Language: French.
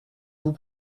vous